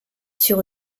sur